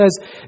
says